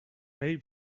may